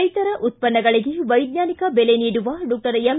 ರೈತರ ಉತ್ಪನ್ನಗಳಿಗೆ ವೈಜ್ವಾನಿಕ ಬೆಲೆ ನೀಡುವ ಡಾಕ್ಟರ್ ಎಂ